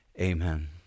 Amen